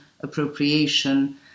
appropriation